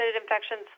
infections